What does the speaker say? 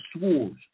swords